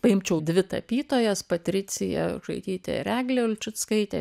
paimčiau dvi tapytojas patriciją žaidytę ir eglę ulčickaitę